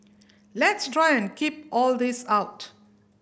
let's try and keep all this out